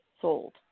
sold